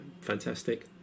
fantastic